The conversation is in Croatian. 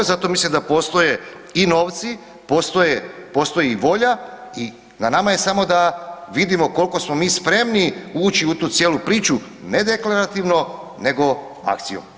Zato mislim da postoje i novci, postoji i volja i na nama je samo da vidimo koliko smo mi spremni ući u tu cijelu priču, ne deklarativno nego akcijom.